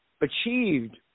achieved